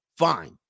Fine